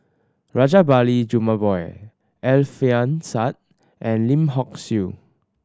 Rajabali Jumabhoy Alfian Sa'at and Lim Hock Siew